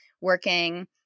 working